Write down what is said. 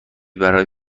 برای